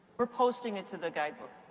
we're posting it to the guidebook.